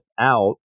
out